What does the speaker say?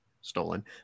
stolen